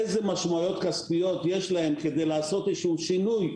איזה משמעויות כספיות יש להם כדי לעשות שינוי,